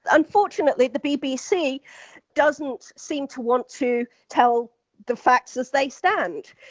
unfortunately, the bbc doesn't seem to want to tell the facts as they stand.